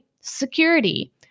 security